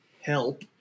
help